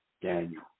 Daniel